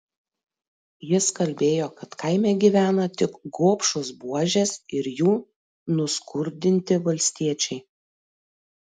jis kalbėjo kad kaime gyvena tik gobšūs buožės ir jų nuskurdinti valstiečiai